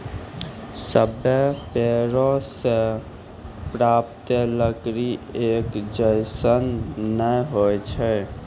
सभ्भे पेड़ों सें प्राप्त लकड़ी एक जैसन नै होय छै